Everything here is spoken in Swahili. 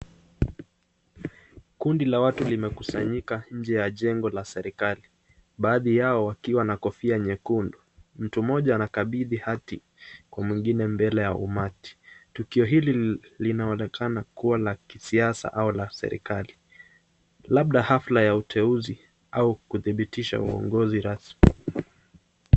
Kundi la watu limekusanyika nje ya jengo la serikali, baadhi Yao wakiwa Na kofia nyekundu, mmoja wao anakabidhi hati Kwa mwengine mbele ya umati, tukio hili linaonekana Kua la kisiasa au la kiserikali labda hafla ya uteuzi au kudhibitisha uongozi rasmi.